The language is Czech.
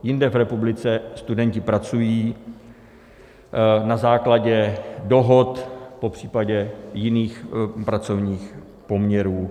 Jinde v republice studenti pracují na základě dohod, popř. jiných pracovních poměrů.